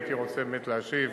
הייתי רוצה באמת להשיב,